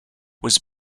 was